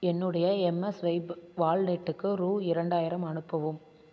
என்னுடைய எம்எஸ்வைப்பு வால்லெட்டுக்கு ரூ இரண்டாயிரம் அனுப்பவும்